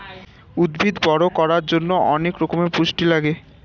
উদ্ভিদ বড় করার জন্যে অনেক রকমের পুষ্টি লাগে